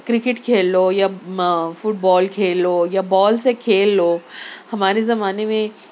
cricket کھیل لو یا ما فٹ بال کھیل لو یا بال سے کھیل لو ہمارے زمانے میں